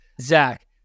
Zach